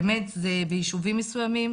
באמת זה בישובים מסוימים,